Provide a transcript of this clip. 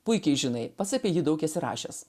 puikiai žinai pats apie jį daug esi rašęs